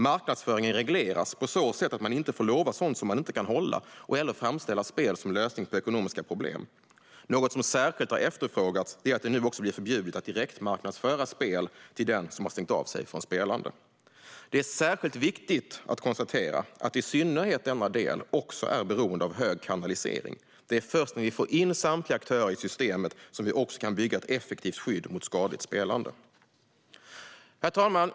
Marknadsföringen regleras på så sätt att man inte får lova sådant som inte kan hållas eller framställa spel som lösning på ekonomiska problem. Något som särskilt har efterfrågats är att det nu också blir förbjudet att direktmarknadsföra spel till den som har stängt av sig från spelande. Det är särskilt viktigt att konstatera att i synnerhet denna del också är beroende av hög kanalisering. Det är först när vi får in samtliga aktörer i systemet som vi också kan bygga ett effektivt skydd mot skadligt spelande. Herr talman!